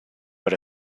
but